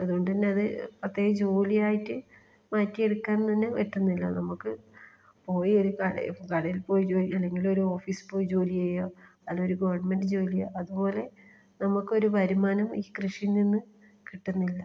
അതുകൊണ്ട് തന്നെ അത് പ്രത്യേകിച്ച് ജോലിയായിട്ട് മാറ്റിയെടുക്കാൻ തന്നെ പറ്റുന്നില്ല നമുക്ക് പോയി ഒരു കടേ കടയിൽപ്പോയി ജോലി ചെയ്യണമെങ്കിൽ ഒരു ഓഫീസിൽ പോയി ജോലി ചെയ്യുക അല്ലേൽ ഒരു ഗവൺമെൻറ് ജോലിയോ അതുപോലെ നമുക്കൊരു വരുമാനം ഈ കൃഷിയിൽ നിന്ന് കിട്ടുന്നില്ല